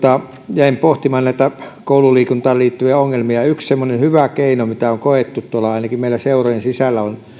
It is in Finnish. jäin pohtimaan näitä koululiikuntaan liittyviä ongelmia yksi semmoinen hyvä keino mitä on koettu ainakin tuolla meillä seurojen sisällä on